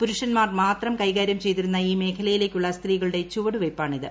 പുരുഷൻമാർ മാത്രം കൈകാര്യം ചെയ്തിരുന്ന ഈ മേഖലയില്ക്കുള്ള സ്ത്രീകളുടെ ചുവടുവെയ്പ്പാണ് ഇത്